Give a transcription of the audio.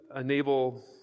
enable